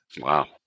Wow